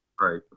Right